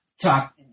talk